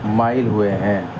مائل ہوئے ہیں